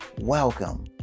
Welcome